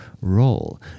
role